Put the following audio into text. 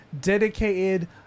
dedicated